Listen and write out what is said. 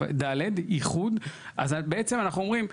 אז בעצם אנחנו אומרים,